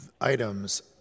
items